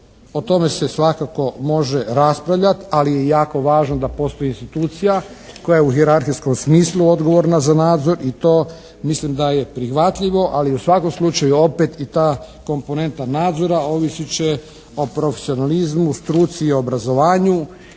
o tome se svakako može raspravljati, ali je jako važno da postoji institucija koja je u hijerarhijskom smislu odgovorna za nadzor i to mislim da je prihvatljivo ali i u svakom slučaju opet i ta komponenta nadzora ovisit će o profesionalizmu, struci i obrazovanju